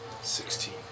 Sixteen